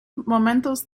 momentos